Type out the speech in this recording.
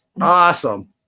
Awesome